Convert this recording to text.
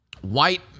white